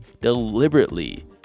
deliberately